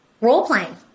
role-playing